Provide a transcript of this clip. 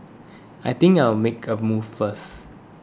I think I'll make a move first